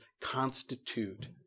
constitute